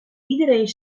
iedereen